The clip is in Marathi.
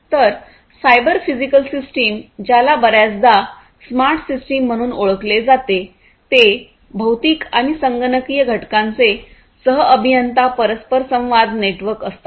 तर सायबर फिजिकल सिस्टम ज्याला बर्याचदा स्मार्ट सिस्टीम म्हणून ओळखले जाते ते भौतिक आणि संगणकीय घटकांचे सह अभियंता परस्पर संवाद नेटवर्क असतात